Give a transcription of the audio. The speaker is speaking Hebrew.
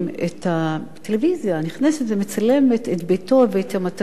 טלוויזיה נכנסת ומצלמת את ביתו ואת המתנות.